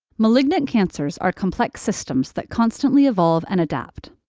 malignant cancers are complex systems that constantly evolve and adapt.